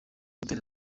gutera